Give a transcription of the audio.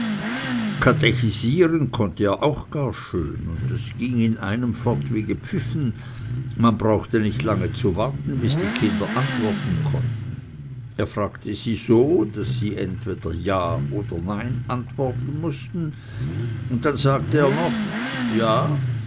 katechisieren konnte er auch gar schön das ging an einem fort wie gepfiffen man brauchte nicht lange zu warten bis die kinder antworten konnten er fragte sie entweder so daß sie ja oder nein antworten mußten und dann sagte er noch ja